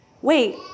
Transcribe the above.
Wait